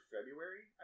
February